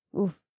Oof